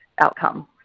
outcome